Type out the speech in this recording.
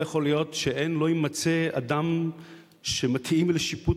לא יכול להיות שלא יימצא אדם שמתאים לשיפוט